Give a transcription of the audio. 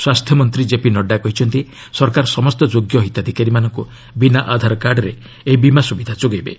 ସ୍ୱାସ୍ଥ୍ୟ ମନ୍ତ୍ରୀ କେପି ନଡ଼ୁ କହିଛନ୍ତି ସରକାର ସମସ୍ତ ଯୋଗ୍ୟ ହିତାଧିକାରୀଙ୍କୁ ବିନା ଆଧାର କାର୍ଡରେ ଏହି ବୀମା ସ୍ରବିଧା ଯୋଗାଇବେ